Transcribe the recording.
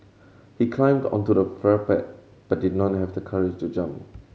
he climbed onto the but did not have the courage to jump